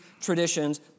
traditions